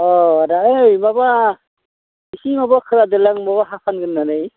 अह आदा ओइ माबा इसि माबा खोनादोंलां माबा हा फानगोन होन्नानै